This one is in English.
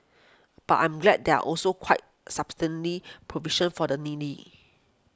but I'm glad there are also quite provisions for the needy